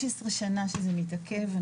15 שנה שזה מתעכב.